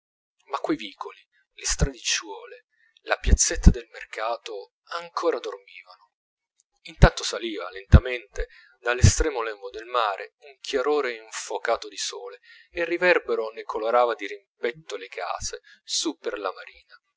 ma quei vicoli le stradicciuole la piazzetta del mercato ancora dormivano intanto saliva lentamente dall'estremo lembo del mare un chiarore infocato di sole e il riverbero ne colorava dirimpetto le case su per la marina